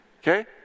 Okay